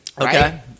Okay